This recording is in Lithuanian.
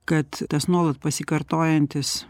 kad tas nuolat pasikartojantis